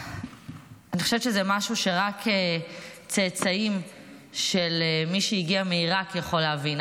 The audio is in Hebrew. אני חושבת שזה משהו שרק צאצאים של מי שהגיעו מעיראק יכולים להבין,